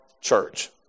church